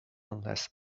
unless